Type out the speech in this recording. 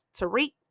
Tariq